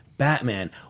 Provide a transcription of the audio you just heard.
Batman